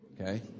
Okay